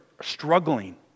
struggling